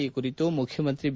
ಈ ಕುರಿತು ಮುಖ್ಯಮಂತ್ರಿ ಬಿ